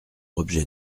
objet